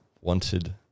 wanted